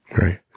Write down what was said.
Right